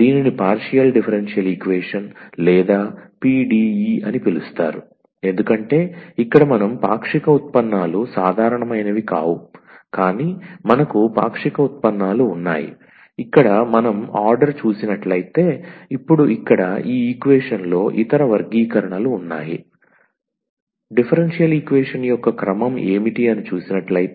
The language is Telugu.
దీనిని పార్శియల్ డిఫరెన్షియల్ ఈక్వేషన్ లేదా PDE అని పిలుస్తారు ఎందుకంటే ఇక్కడ మనం పాక్షిక ఉత్పన్నాలు సాధారణమైనవి కావు కాని మనకు పాక్షిక ఉత్పన్నాలు ఉన్నాయి ఇక్కడ మనం ఆర్డర్ చూసినట్లైతే ఇప్పుడు ఇక్కడ ఈ ఈక్వేషన్ లో ఇతర వర్గీకరణలు ఉన్నాయి డిఫరెన్షియల్ ఈక్వేషన్ యొక్క క్రమం ఏమిటి అని చూసినట్లైతే